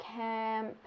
camp